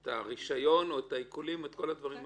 את הרישיון או את העיקולים ואת כל הדברים האחרים.